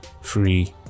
free